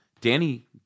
Danny